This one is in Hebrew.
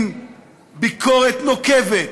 בביקורת נוקבת